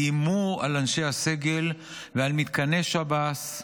איימו על אנשי הסגל ועל מתקני שב"ס,